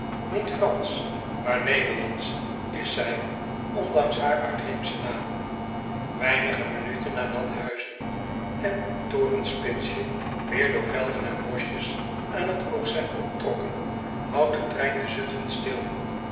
niet fransch maar nederlandsch is zij ondanks haar uitheemschen naam weinige minuten nadat huizen en torenspitsje weêr door velden en boschjes aan het oog zijn onttrokken houdt de trein te zutfen stil